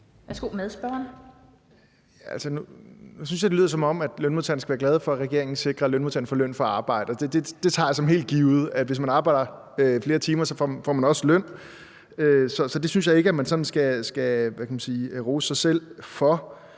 Altså, nu synes jeg, det lyder, som om lønmodtagerne skal være glade for, at regeringen sikrer, at lønmodtagerne får løn for arbejdet. Jeg tager det som helt givet, at hvis man arbejder flere timer, får man også løn. Så det synes jeg ikke at man sådan skal rose sig selv for.